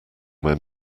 when